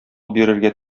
бирергә